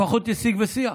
לפחות יש שיג ושיח.